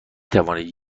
توانید